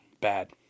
Bad